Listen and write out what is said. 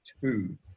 two